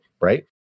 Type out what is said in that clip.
right